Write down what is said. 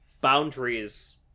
boundaries